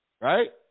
right